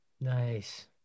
Nice